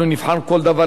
ואתן את הדוגמה: